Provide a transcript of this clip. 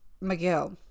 Miguel